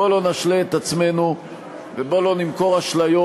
בוא לא נשלה את עצמנו ובוא לא נמכור אשליות.